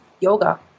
yoga